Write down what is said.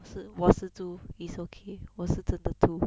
是我是猪 is okay 我是真的猪